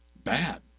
Bad